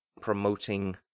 promoting